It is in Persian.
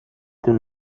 توی